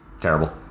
terrible